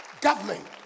Government